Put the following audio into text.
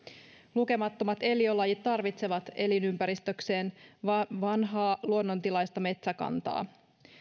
lukemattomat eliölajit tarvitsevat elinympäristökseen vanhaa luonnontilaista metsäkantaa